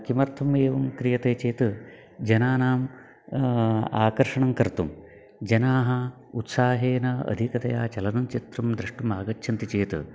किमर्थम् एवं क्रियते चेत् जनानाम् आकर्षणं कर्तुं जनाः उत्साहेन अधिकतया चलनचित्रं द्रष्टुम् आगच्छन्ति चेत्